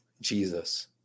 Jesus